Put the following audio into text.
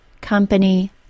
company